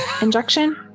injection